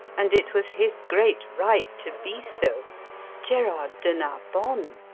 and it was his great right to be so gerard de narbon.